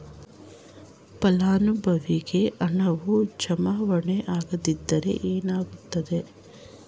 ಫಲಾನುಭವಿಗೆ ಹಣವು ಜಮಾವಣೆ ಆಗದಿದ್ದರೆ ಏನಾಗುತ್ತದೆ?